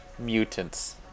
Mutants